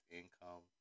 income